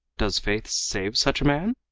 does faith save such a man?